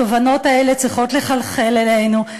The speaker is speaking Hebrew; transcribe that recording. התובנות האלה צריכות לחלחל אלינו.